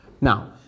Now